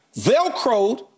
Velcroed